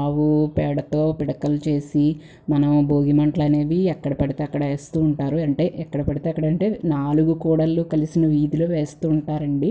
ఆవు పేడతో పిడకలు చేసి మనం భోగి మంటలనేవి ఎక్కడపడితే అక్కడ వేస్తూ ఉంటారు అంటే ఎక్కడపడితే అక్కడంటే నాలుగు కూడలు కలిసిన వీదిలో వేస్తూ ఉంటారండి